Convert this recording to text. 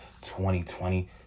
2020